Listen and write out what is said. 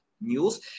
news